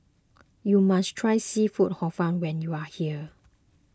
you must try Seafood Hor Fun when you are here